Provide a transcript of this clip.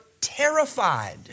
terrified